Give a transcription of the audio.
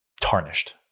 tarnished